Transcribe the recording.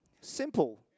Simple